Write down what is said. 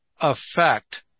affect